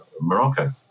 Morocco